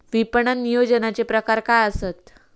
विपणन नियोजनाचे प्रकार काय आसत?